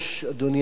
אדוני השר,